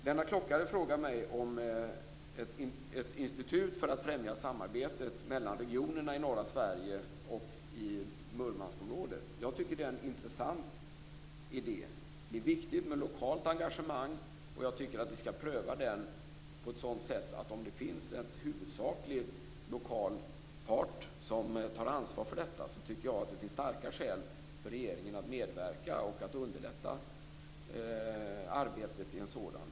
Lennart Klockare frågar mig om ett institut för att främja samarbetet mellan regionerna i norra Sverige och i Murmanskområdet. Jag tycker att det är en intressant idé. Det är viktigt med lokalt engagemang, och jag tycker att vi skall pröva idén på det sättet att om det finns en huvudsakligen lokal part som tar ansvaret finns det starka skäl för regeringen att medverka och underlätta ett sådant arbete.